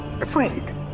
afraid